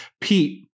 Pete